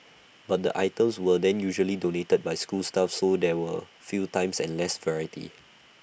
but the items were then usually donated by school staff so there were few times and less variety